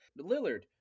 Lillard